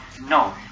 No